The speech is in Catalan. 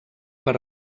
per